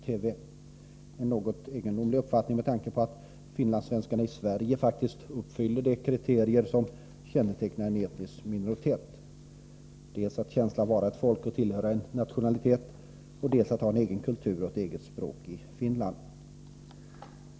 Detta är en något egendomlig uppfattning med tanke på att finlandssvenskarna i Sverige faktiskt uppfyller de kriterier som kännetecknar en etnisk minoritet: 1. känslan av att vara ett folk och tillhöra en nationalitet, 2. att ha en egen kultur och ett eget språk — nämligen i Finland.